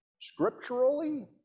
Scripturally